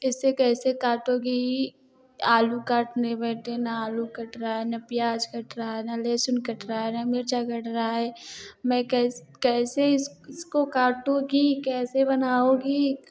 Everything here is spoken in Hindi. इससे कैसे काटोगी आलू काटने बैठें न आलू कट रहा है न प्याज़ कट रहा है ना लहसुन कट रहा है न मिर्च कट रहा है मैं कैसे इसको काटूंगी कि कैसे बनाऊंगी